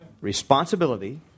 Responsibility